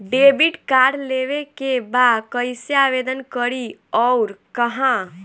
Debit card लेवे के बा कइसे आवेदन करी अउर कहाँ?